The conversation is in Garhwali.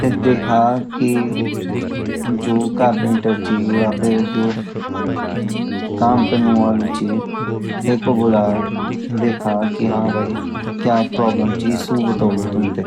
फिर देखा जो कारपेंटर या फिर जो काम करणु वालुची तेकु बुला दिखा हाँ भाई क्या प्लेबड़ेमची सु बतोलु तुम्हे